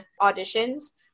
auditions